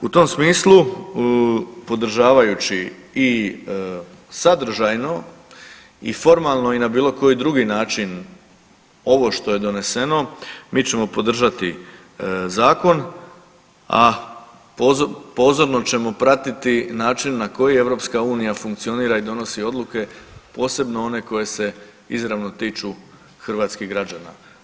U tom smislu podržavajući i sadržajno i formalno i na bilo koji drugi način ovo što je doneseno mi ćemo podržati zakon, a pozorno ćemo pratiti način na koji EU funkcionira i donosi odluke posebno one koje se izravno tiču hrvatskih građana.